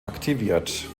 aktiviert